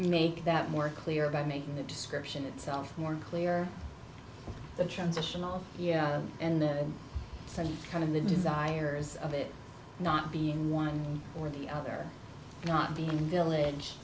make that more clear by making the description itself more clear the transitional and then some kind of the desires of it not being one or the other not being village